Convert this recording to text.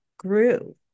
grew